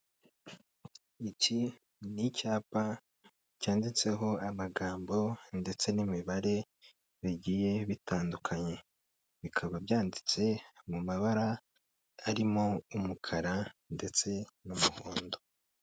Iki ni icyapa cyanditseho amagambo ndetse n'imibare bigiye bitandukanye, bikaba byanditse mu mabara arimo umukara ndetse n'umuhondo.